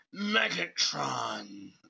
Megatron